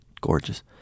gorgeous